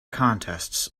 contests